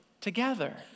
together